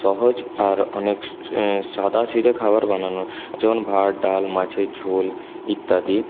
সহজ আর অনেক সাধাসিধে খাবার বানানোর যেমন ভাত ডাল মাছের ঝোল ইত্যাদি